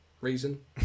reason